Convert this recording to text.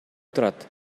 турат